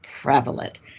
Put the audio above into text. Prevalent